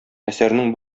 әсәрнең